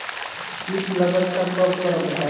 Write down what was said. कीट लगत त क करब बताई?